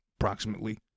approximately